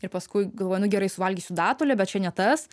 ir paskui galvoju nu gerai suvalgysiu datulę bet čia ne tas